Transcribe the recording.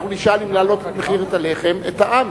אנחנו נשאל אם להעלות את מחיר הלחם, את העם.